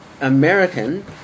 American